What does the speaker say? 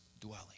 dwelling